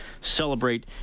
Celebrate